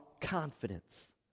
confidence